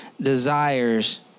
desires